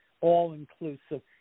all-inclusive